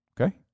okay